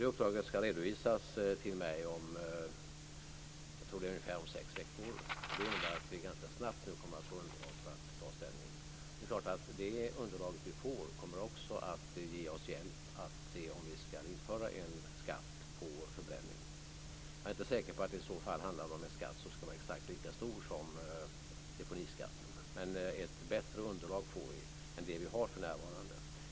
Det uppdraget ska redovisas till mig om ungefär fem sex veckor, och det innebär att vi nu ganska snabbt kommer att få underlag för att ta ställning. Det är klart att det underlag som vi får också kommer att hjälpa oss att se om vi ska införa en skatt på förbränning. Jag är inte säker på att det i så fall handlar om en skatt som ska vara exakt lika stor som deponiskatten, men vi får ett bättre underlag än vad vi har för närvarande.